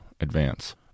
advance